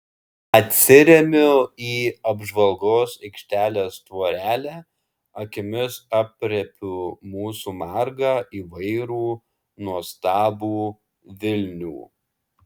atsiremiu į apžvalgos aikštelės tvorelę akimis aprėpiu mūsų margą įvairų nuostabų vilnių